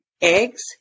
eggs